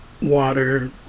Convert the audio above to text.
water